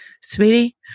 sweetie